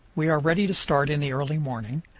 we are ready to start in the early morning.